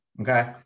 Okay